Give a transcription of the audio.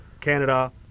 canada